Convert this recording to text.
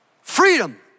Freedom